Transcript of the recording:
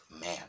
man